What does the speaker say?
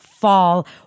fall